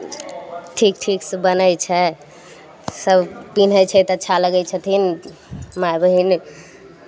ठीक ठीकसँ बनै छै सभ पिन्है छै तऽ अच्छा लगै छथिन माय बहिन